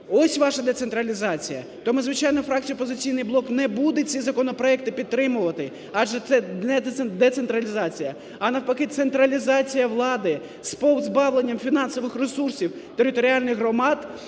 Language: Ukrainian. ось ваша децентралізація. Тому, звичайно, фракція "Опозицій блок" не буде ці законопроекти підтримувати, адже це не децентралізація, а навпаки – централізація влади з позбавленням фінансових ресурсів територіальних громад